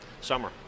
summer